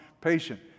patient